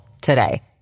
today